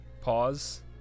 Pause